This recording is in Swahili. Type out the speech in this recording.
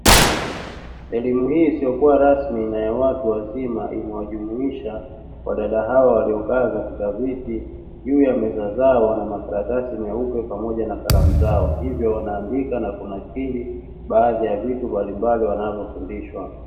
Elimu hii isiyokuwa rasmi na ya watu wazima imewajumuisha wadada hawa waliokaa katika viti, juu ya meza zao wana makaratasi meupe pamoja na kalamu zao hivyo wanaandika na kunakiri baadhi ya vitu mbalimbali wanavyofundishwa.